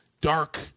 dark